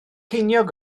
ceiniog